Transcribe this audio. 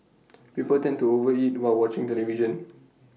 people tend to over eat while watching television